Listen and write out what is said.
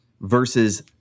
versus